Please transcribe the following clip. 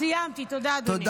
תודה אדוני.